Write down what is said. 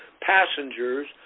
passengers